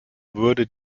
wurde